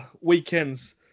weekends